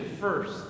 first